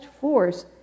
force